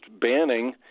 banning